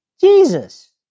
Jesus